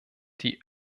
die